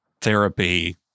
therapy